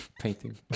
painting